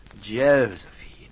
Josephine